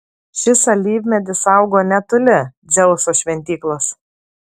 šis alyvmedis augo netoli dzeuso šventyklos